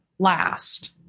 last